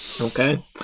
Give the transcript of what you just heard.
Okay